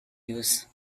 use